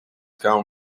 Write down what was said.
come